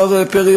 השר פרי,